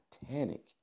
Titanic